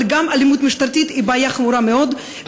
אבל גם אלימות משטרתית היא בעיה חמורה מאוד,